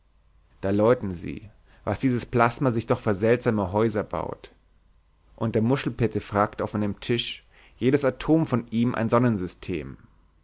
da läuten sie was dieses plasma sich doch für seltsame häuser baut und der muschelpetrefakt auf meinem tisch jedes atom von ihm ein sonnensystem